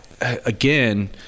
again